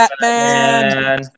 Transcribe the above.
Batman